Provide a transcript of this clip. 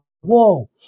whoa